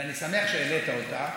ואני שמח שהעלית אותה.